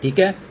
ठीक है